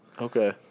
Okay